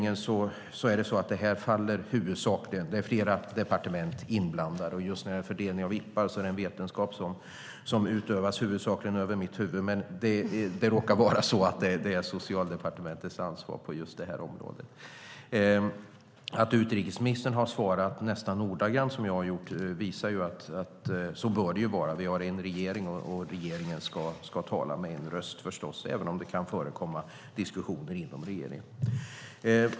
Flera departement är inblandade, och fördelningen av interpellationer är en vetenskap som utövas huvudsakligen över mitt huvud. Det råkar vara så att det här området är Socialdepartementets ansvar. Att utrikesministern har svarat nästan ordagrant som jag har gjort är så det bör vara. Vi har en regering, och regeringen ska tala med en röst - även om det kan förekomma diskussioner inom regeringen.